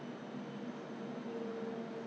oh yeah toner just now was cleansing orh okay